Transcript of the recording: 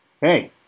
hey